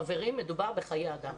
חברים, מדובר בחיי אדם.